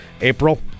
April